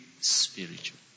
spiritual